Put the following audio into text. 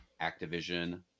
Activision